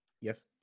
yes